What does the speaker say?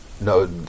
No